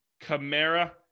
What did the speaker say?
Camara